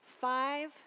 five